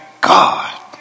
God